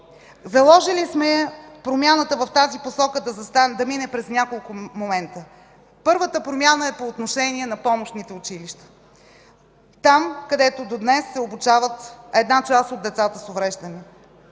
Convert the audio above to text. Заложили сме промяната в тази посока да мине през няколко момента. Първата промяна е по отношение на помощните училища, там където до днес се обучават една част от децата с увреждания.